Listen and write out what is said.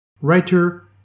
writer